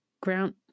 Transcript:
ground